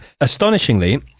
Astonishingly